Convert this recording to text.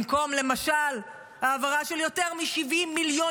במקום למשל העברה של יותר מ-70 מיליון